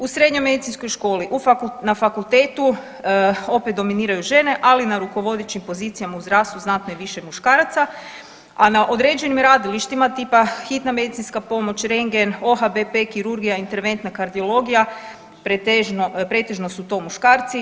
U srednjoj medicinskoj školi, na fakultetu opet dominiraju žene, ali na rukovodećim pozicijama u zdravstvu znatno je više muškaraca, a na određenim radilištima tipa hitna medicinska pomoć, rendgen, OHBP kirurgija, interventna kardiologija pretežno su to muškarci.